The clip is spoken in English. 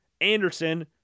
Anderson